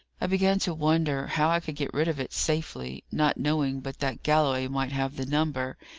i began to wonder how i could get rid of it safely, not knowing but that galloway might have the number,